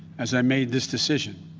as i made this decision.